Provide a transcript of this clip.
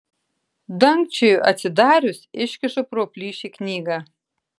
dangčiui atsidarius iškišu pro plyšį knygą